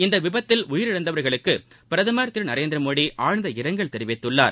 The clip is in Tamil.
இந்த விபத்தில் உயிரிழந்தவர்களுக்கு பிரதமர் திரு நநரேந்திரமோடி ஆழ்ந்த இரங்கல் தெரிவித்துள்ளார்